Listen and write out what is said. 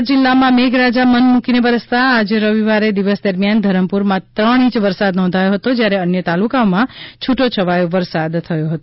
વલસાડ જિલ્લા મા મેઘરાજા મન મૂકી ને વરસતા આજરોજ રવિવારે દિવસ દરમ્યાન ધરમપુર મા ત્રણ ઇંચ વરસાદ નોંધાયો હતી જયારે અન્ય તાલુકા મા છૂટો છવાયી વરસાદ થયો હતો